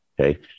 Okay